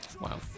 Wow